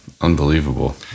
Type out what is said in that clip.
unbelievable